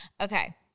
Okay